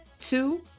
Two